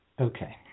Okay